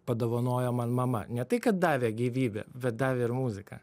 padovanojo man mama ne tai kad davė gyvybę bet davė ir muziką